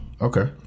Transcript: Okay